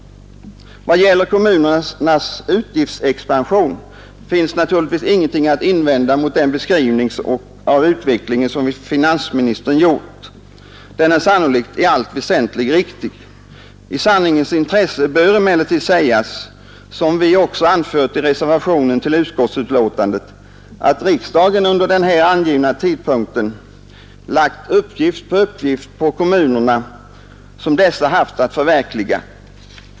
Vad gäller kommunernas utgiftsexpansion finns ingenting att invända mot den beskrivning av utvecklingen som finansministern gjort. Den är sannolikt i allt väsentligt riktig. I sanningens intresse bör emellertid sägas, vilket vi också anfört i reservationen till utskottsbetänkandet, att riksdagen under den här angivna tiden lagt uppgift efter uppgift på kommunerna som dessa haft att förverkliga.